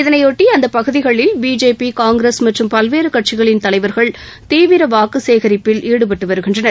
இதனையொட்டி அந்தப் பகுதிகளில் பிஜேபி காங்கிரஸ் மற்றும் பல்வேறு கட்சிகளின் தலைவர்கள் தீவிர வாக்கு சேகரிப்பில் ஈடுபட்டு வருகின்றனர்